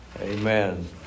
Amen